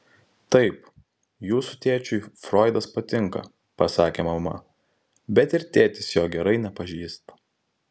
taip jūsų tėčiui froidas patinka pasakė mama bet ir tėtis jo gerai nepažįsta